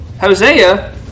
Hosea